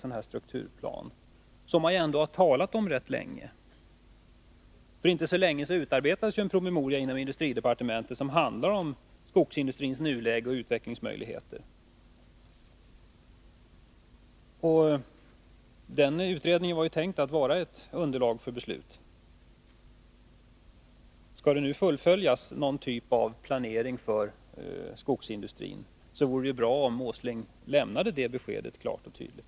Man har ändå talat om en sådan rätt länge. För inte så länge sedan utarbetades en promemoria inom industridepartementet som handlar om skogsindustrins nuläge och utvecklingsmöjligheter. Den utredningen var tänkt som ett underlag för beslut. Om nu någon typ av planering för skogsindustrin skall fullföljas, vore det bra om Nils Åsling lämnade det beskedet klart och tydligt.